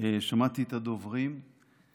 הוא מאוד אקטואלי בהקשר